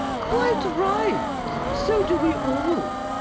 quite right so do we all.